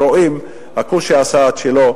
רואים: הכושי עשה את שלו,